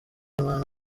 impano